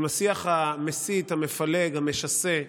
עם השיח המסית, המפלג, המשסה,